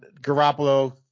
Garoppolo